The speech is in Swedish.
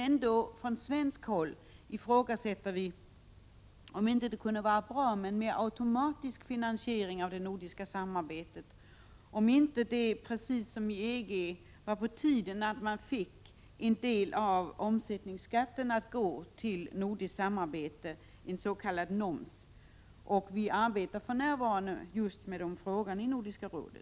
Ändå ifrågasätter vi från svenskt håll om det inte kunde vara bra med en mer automatisk finansiering av det nordiska samarbetet och om det inte, precis som i EG, vore på tiden att man fick en del av omsättningsskatten att gå till det nordiska samarbetet, en s.k. — Prot. 1987/88:42 noms. Vi arbetar för närvarande med denna fråga i Nordiska rådet.